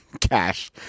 cash